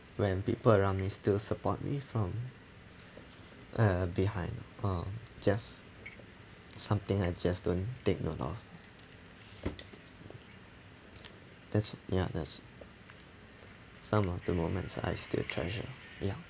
when people around me still support me from uh behind or just something I just don't take note of that's ya that's some of the moments I still treasure ya